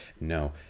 No